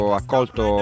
accolto